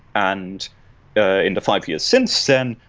and ah in the five years since then,